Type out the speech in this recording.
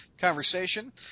conversation